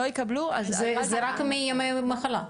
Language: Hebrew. זה רק מתוך ימי המחלה?